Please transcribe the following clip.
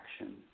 action